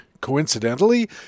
coincidentally